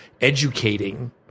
educating